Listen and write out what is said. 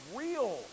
real